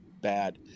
bad